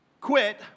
quit